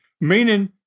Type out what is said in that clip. meaning